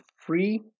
free